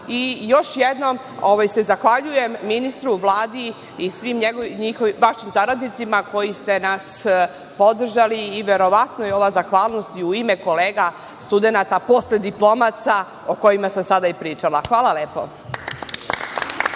i još jednom se zahvaljujem ministru u Vladi i svim vašim saradnicima koji ste nas podržali i verovatno je ova zahvalnost i u ime kolega studenata, posle diplomaca o kojima sam sada i pričala. Hvala lepo.